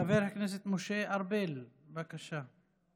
חבר הכנסת משה ארבל, בבקשה.